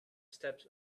steps